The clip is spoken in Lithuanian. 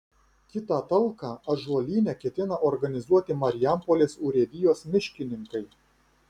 kitą talką ąžuolyne ketina organizuoti marijampolės urėdijos miškininkai